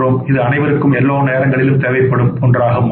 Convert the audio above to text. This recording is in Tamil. இது அனைவருக்கும் எல்லா நேரங்களிலும் தேவைப்படும் ஒன்று ஆகும்